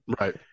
Right